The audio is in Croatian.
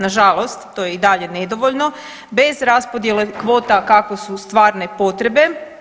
Nažalost, to je i dalje nedovoljno bez raspodjele kvota kakve su stvarne potrebe.